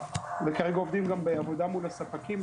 וכרגע עובדים גם בעבודה מול הספקים,